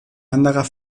anderer